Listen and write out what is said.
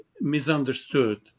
misunderstood